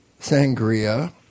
sangria